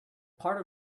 part